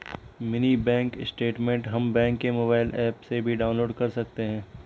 mini bank statement हम bank के mobile app से भी डाउनलोड कर सकते है